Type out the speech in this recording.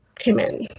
came in. oh,